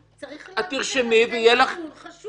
צריך להגיד כי זה נתון חשוב.